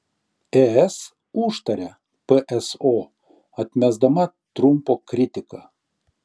es užtaria pso atmesdama trumpo kritiką